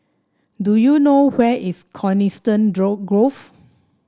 do you know where is Coniston Grove